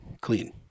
clean